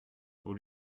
aux